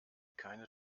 keine